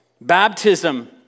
Baptism